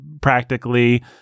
practically